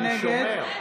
אני שומר.